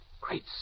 Great